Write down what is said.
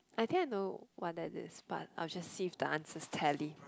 I think I know what that is but I will just see if the answers tally